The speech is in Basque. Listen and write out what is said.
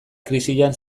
krisian